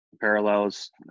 parallels